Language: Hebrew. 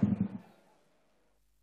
(הישיבה נפסקה בשעה